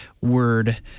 Word